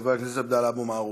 חבר הכנסת עבדאללה אבו מערוף.